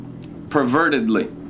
pervertedly